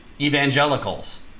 evangelicals